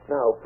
Now